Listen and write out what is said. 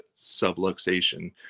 subluxation